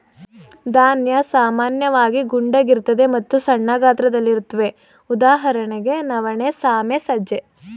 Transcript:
ಧಾನ್ಯ ಸಾಮಾನ್ಯವಾಗಿ ಗುಂಡಗಿರ್ತದೆ ಮತ್ತು ಸಣ್ಣ ಗಾತ್ರದಲ್ಲಿರುತ್ವೆ ಉದಾಹರಣೆಗೆ ನವಣೆ ಸಾಮೆ ಸಜ್ಜೆ